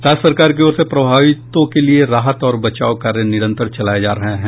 राज्य सरकार की ओर से प्रभावितों के लिए राहत और बचाव कार्य निरंतर चलाए जा रहे हैं